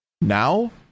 Now